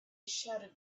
shouted